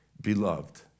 Beloved